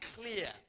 clear